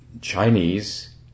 Chinese